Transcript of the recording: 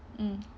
mm